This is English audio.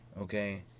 okay